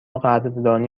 قدردانی